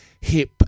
hip